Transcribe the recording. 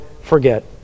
forget